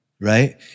right